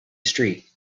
street